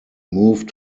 moved